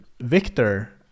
victor